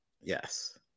Yes